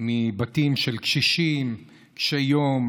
של בתים של קשישים, קשי יום,